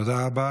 תודה רבה.